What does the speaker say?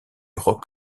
roc